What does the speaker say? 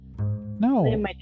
No